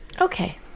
Okay